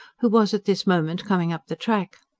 who was at this moment coming up the track.